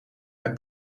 met